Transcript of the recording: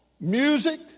music